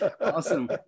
Awesome